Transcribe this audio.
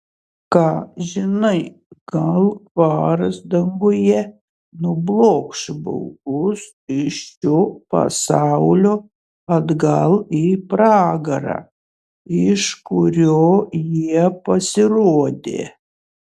ką žinai gal karas danguje nublokš baubus iš šio pasaulio atgal į pragarą iš kurio jie pasirodė